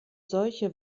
solche